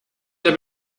der